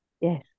Yes